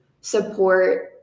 support